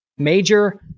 Major